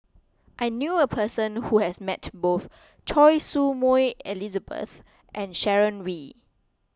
I knew a person who has met both Choy Su Moi Elizabeth and Sharon Wee